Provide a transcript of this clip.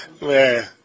man